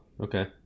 okay